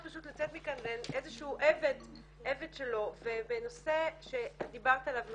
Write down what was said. פשוט לצאת מכאן והן איזה שהוא עבד שלו ובנושא שדיברת עליו מזל,